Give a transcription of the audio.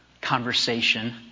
conversation